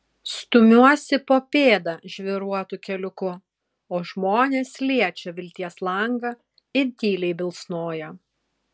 stumiuosi po pėdą žvyruotu keliuku o žmonės liečia vilties langą ir tyliai bilsnoja